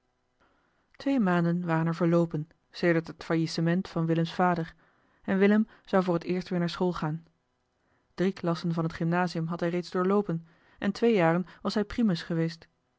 twee maanden waren er verloopen sedert het faillissement van willems vader en willem zou voor het eerst weer naar school gaan drie klassen van het gymnasium had hij reeds doorloopen en twee jaren was hij primus geweest